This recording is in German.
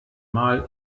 mal